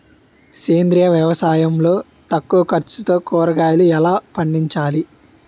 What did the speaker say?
సేంద్రీయ వ్యవసాయం లో తక్కువ ఖర్చుతో కూరగాయలు ఎలా పండించాలి?